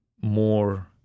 more